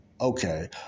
Okay